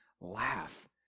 laugh